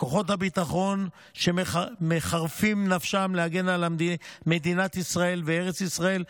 לכוחות הביטחון שמחרפים נפשם להגן על מדינת ישראל וארץ ישראל,